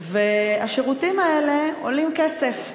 והשירותים האלה עולים כסף,